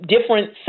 different